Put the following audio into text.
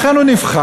אכן הוא נבחר,